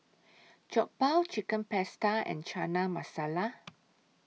Jokbal Chicken Pasta and Chana Masala